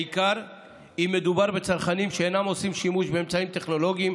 בעיקר אם מדובר בצרכנים שאינם עושים שימוש באמצעים טכנולוגיים,